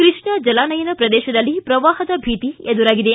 ಕೃಷ್ಣ ಜಲಾನಯನ ಪ್ರದೇಶದಲ್ಲಿ ಪ್ರವಾಹದ ಭೀತಿ ಎದುರಾಗಿದೆ